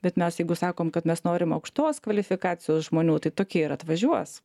bet mes jeigu sakom kad mes norim aukštos kvalifikacijos žmonių tai tokie ir atvažiuos